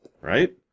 Right